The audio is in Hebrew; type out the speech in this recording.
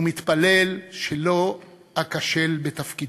ומתפלל שלא אכשל בתפקידי,